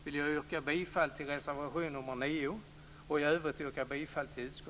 Jag yrkar bifall till reservation nr 9